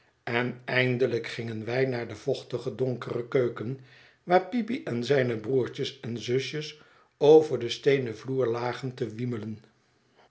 en eindelijk gingen wij naar de vochtige donkere keuken waar peepy en zijne broertjes en zusjes over den steenen vloer lagen te